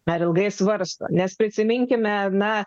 per ilgai svarsto nes prisiminkime na